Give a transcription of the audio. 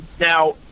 now